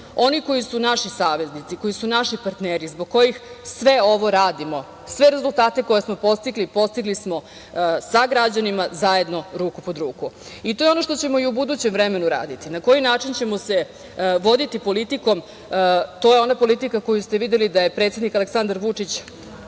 oni koji su naši saveznici, koji su naši partneri, zbog kojih sve ovo radimo, sve rezultate koje smo postigli, postigli smo sa građanima zajedno ruku pod ruku. To je ono što ćemo i u budućem vremenu raditi. Na koji način ćemo se voditi politikom? To je ona politika koju ste videli da je predsednik Aleksandar Vučić